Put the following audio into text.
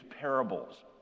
parables